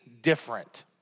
different